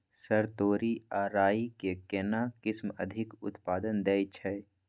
Sir तोरी आ राई के केना किस्म अधिक उत्पादन दैय छैय?